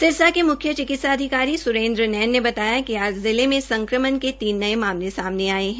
सिरसा के मुख्य चिकित्सा अधिकारी सुरेन्द्र नैन ने बताया कि आज जिले में संक्रमण के तीन नये मामले सामने आये है